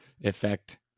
effect